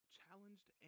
challenged